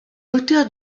hauteurs